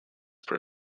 per